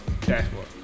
dashboard